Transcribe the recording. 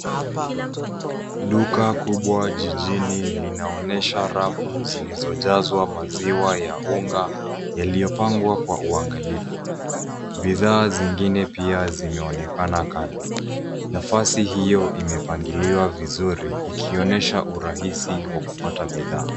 Duka kubwa jijini linaonyesha rafu zilizojazwa maziwa ya unga yaliyopangwa kwa uangalifu. Bidhaa zingine pia zimeonekana kando. Nafasi hiyo imepangiliwa vizuri ikionyesha urahisi wa kupata bidhaa.